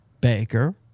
Baker